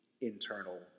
internal